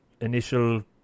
initial